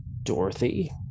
dorothy